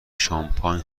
شانپاین